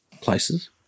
places